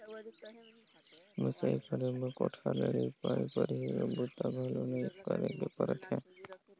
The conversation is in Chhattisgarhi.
मिंसई करे बर कोठार के लिपई, खरही के बूता घलो नइ करे के परत हे